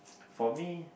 for me